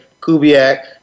Kubiak